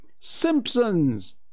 Simpsons